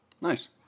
Nice